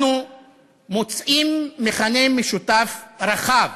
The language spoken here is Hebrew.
אנחנו מוצאים מכנה משותף רחב